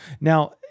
Now